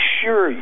sure